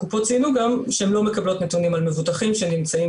הקופות ציינו גם שהם לא מקבלות על נתוני מבוטחים שנמצאים